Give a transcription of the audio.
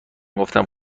گفتم